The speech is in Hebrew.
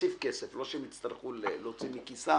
להוסיף כסף, לא שהם יצטרכו להוציא מכיסם,